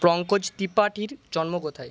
পঙ্কজ ত্রিপাঠীর জন্ম কোথায়